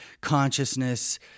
consciousness